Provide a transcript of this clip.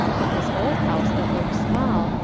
but this old house that looked small,